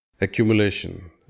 Accumulation